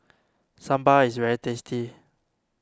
Sambar is very tasty